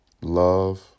Love